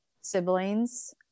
siblings